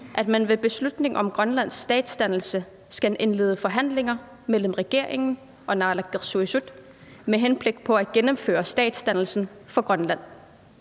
at man ved beslutning om grønlandsk statsdannelse skal indlede forhandlinger mellem regeringen og naalakkersuisut med henblik på at gennemføre statsdannelsen for Grønland.